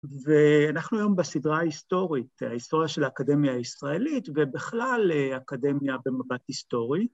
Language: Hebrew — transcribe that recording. ‫ואנחנו היום בסדרה ההיסטורית, ‫ההיסטוריה של האקדמיה הישראלית ‫ובכלל אקדמיה במבט היסטורי.